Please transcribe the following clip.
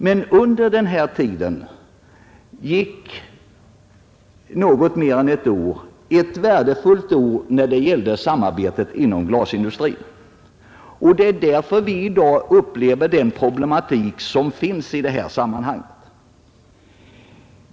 Mellan dessa utredningar gick något mer än ett år — ett år som hade varit värdefullt för samarbetet inom glasindustrin. Det är därför vi upplever dagens problem i detta sammanhang.